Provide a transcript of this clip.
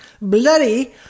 bloody